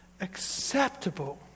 Acceptable